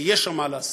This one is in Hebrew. ויש שם מה לעשות.